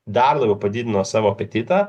dar labiau padidino savo apetitą